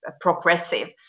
progressive